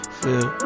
feel